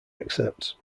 accepts